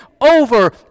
over